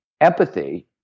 empathy